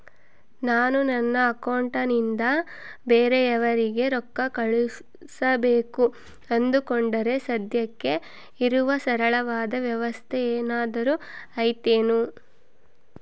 ನಾನು ನನ್ನ ಅಕೌಂಟನಿಂದ ಬೇರೆಯವರಿಗೆ ರೊಕ್ಕ ಕಳುಸಬೇಕು ಅಂದುಕೊಂಡರೆ ಸದ್ಯಕ್ಕೆ ಇರುವ ಸರಳವಾದ ವ್ಯವಸ್ಥೆ ಏನಾದರೂ ಐತೇನು?